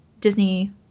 Disney